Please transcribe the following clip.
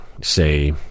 say